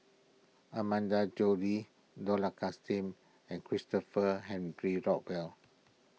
Amanda Joe Lee Dollah and Christopher Henry Rothwell